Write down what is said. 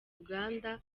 uganda